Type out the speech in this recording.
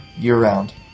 year-round